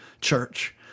church